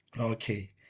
Okay